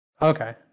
Okay